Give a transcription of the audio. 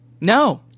No